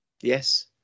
Yes